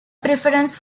preference